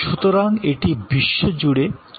সুতরাং এটি বিশ্বজুড়ে ছড়িয়ে পড়বে